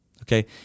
Okay